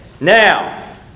Now